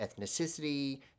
ethnicity